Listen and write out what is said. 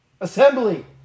Assembly